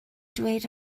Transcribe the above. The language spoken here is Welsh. dweud